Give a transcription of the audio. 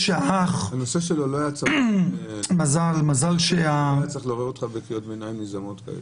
הנושא שלו לא היה צריך לעורר אותך בקריאות ביניים כאלה.